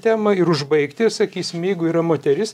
temą ir užbaigti sakysim jeigu yra moteris